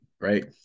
Right